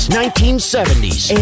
1970s